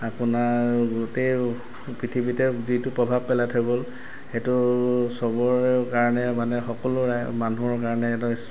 আপোনাৰ গোটেই পৃথিৱীতে যিটো প্ৰভাৱ পেলাই থৈ গ'ল সেইটো চবৰে কাৰণে মানে সকলোৰে মানুহৰ কাৰণে এটা